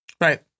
right